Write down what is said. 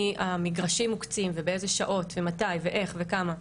המגרשים מוקצים ובאיזה שעות ומתי ואיך וכמה.